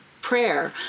prayer